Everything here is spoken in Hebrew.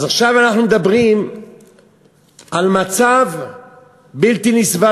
אז עכשיו אנחנו מדברים על מצב בלתי נסבל,